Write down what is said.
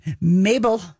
Mabel